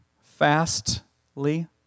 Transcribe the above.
fastly